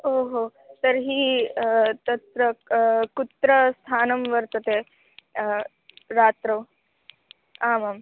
ओ हो तर्हि तत्र कुत्र स्थानं वर्तते रात्रौ आमाम्